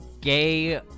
gay